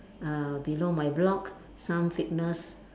err below my block some fitness